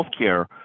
healthcare